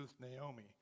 Naomi